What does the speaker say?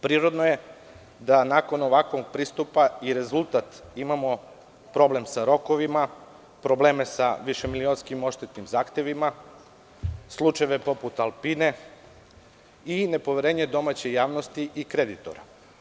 Prirodno je da nakon ovakvog pristupa kao rezultat imamo problem sa rokovima, probleme sa više milionskim odštetnim zahtevima, slučajeve poput „Alpine“ i nepoverenje domaće javnosti i kreditora.